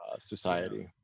society